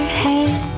head